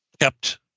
kept